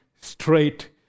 straight